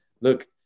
look